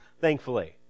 thankfully